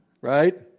right